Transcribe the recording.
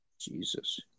Jesus